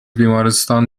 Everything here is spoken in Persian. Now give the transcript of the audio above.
بیمارستان